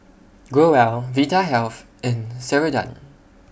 Growell Vitahealth and Ceradan